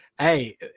hey